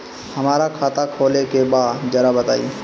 हमरा खाता खोले के बा जरा बताई